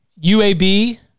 UAB